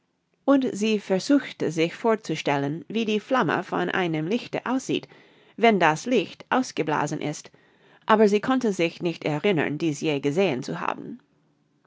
und sie versuchte sich vorzustellen wie die flamme von einem lichte aussieht wenn das licht ausgeblasen ist aber sie konnte sich nicht erinnern dies je gesehen zu haben